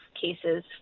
cases